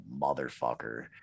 motherfucker